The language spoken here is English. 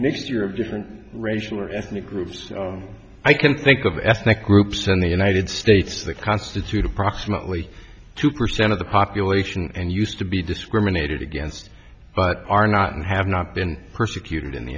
mixture of different racial or ethnic groups i can think of ethnic groups in the united states that constitute approximately two percent of the population and used to be discriminated against but are not and have not been persecuted in the